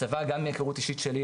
הצבא גם מהכרות האישית שלי,